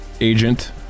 agent